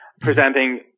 presenting